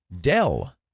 Dell